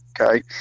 Okay